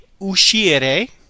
uscire